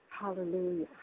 hallelujah